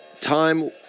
time